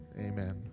Amen